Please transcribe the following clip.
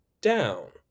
down